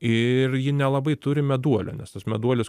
ir ji nelabai turi meduolio nes tas meduolis